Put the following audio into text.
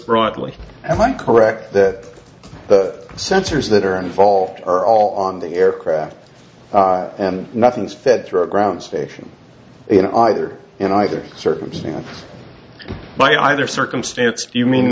broadly and i'm correct that the sensors that are involved are all on the aircraft and nothing is fed through a ground station in either in either circumstance by either circumstance you mean